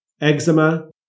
eczema